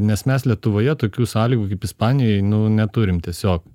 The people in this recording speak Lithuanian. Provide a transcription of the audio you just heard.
nes mes lietuvoje tokių sąlygų kaip ispanijoj neturim tiesiog